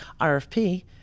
RFP